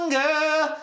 girl